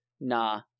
Nah